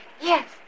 Yes